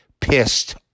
pissed